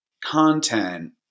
content